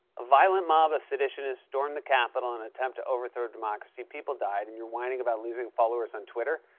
a violent mob of seditionists storm the capitol and attempt to overthrow democracy, people died, and you're whining about losing followers on twitter?